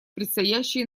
предстоящие